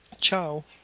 Ciao